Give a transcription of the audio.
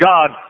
God